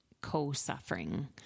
co-suffering